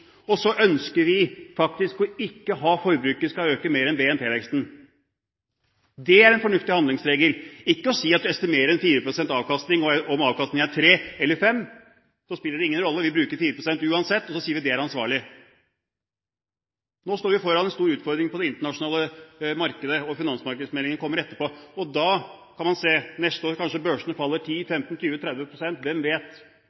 økonomi. Så ønsker vi faktisk at forbruket ikke skal øke mer enn BNP-veksten. Dét er en fornuftig handlingsregel, ikke å estimere 4 pst. avkastning – og om avkastningen er 3 pst. eller 5 pst., spiller det ingen rolle, vi bruker 4 pst. uansett og sier at det er ansvarlig. Nå står vi foran en stor utfordring på det internasjonale markedet, og finansmarkedsmeldingen kommer etterpå. Da kan man se at neste år faller kanskje børsene 10–15– 20–30 pst., hvem vet